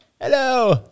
Hello